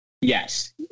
yes